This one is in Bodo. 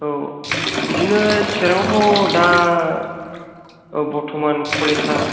औ बिदिनो चारांआवथ' दा बर्तमान कलेजा